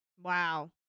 Wow